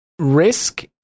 Risk